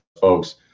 folks